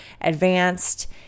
advanced